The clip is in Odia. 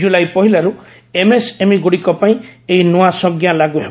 ଜୁଲାଇ ପହିଲାରୁ ଏମ୍ଏସ୍ଏମ୍ଇଗୁଡ଼ିକ ପାଇଁ ଏହି ନୂଆ ସଂଜ୍ଞା ଲାଗୁ ହେବ